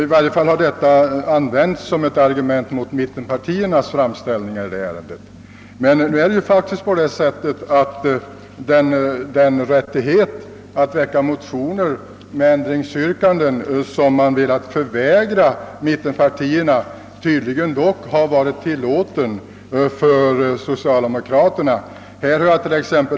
I varje fall har detta använts som ett argument mot mittenpartiernas framställningar i denna fråga. Den rättighet att väcka motioner med ändringsyrkanden, som man velat förvägra mittenpartierna, har dock tydligen socialdemokraterna haft.